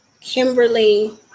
Kimberly